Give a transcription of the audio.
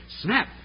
Snap